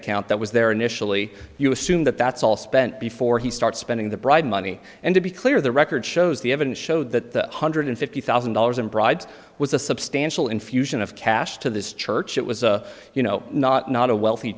account that was there initially you assume that that's all spent before he starts spending the bride money and to be clear the record shows the evidence showed that one hundred fifty thousand dollars in bribes was a substantial infusion of cash to this church it was a you know not not a wealthy